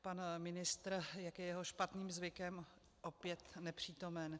Pan ministr, jak je jeho špatným zvykem, je opět nepřítomen.